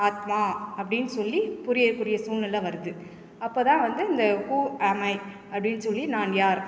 ஆத்மா அப்படின் சொல்லி புரியக்கூடிய சூழ்நில வருது அப்போதுதான் வந்து இந்த ஹூ ஆம் ஐ அப்படின் சொல்லி நான் யார்